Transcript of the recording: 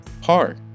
par